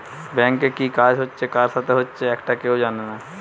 ব্যাংকে কি কাজ হচ্ছে কার সাথে হচ্চে একটা কেউ জানে না